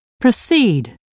proceed